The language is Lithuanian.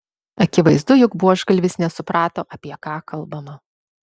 akivaizdu jog buožgalvis nesuprato apie ką kalbama